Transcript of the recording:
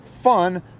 fun